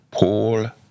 Paul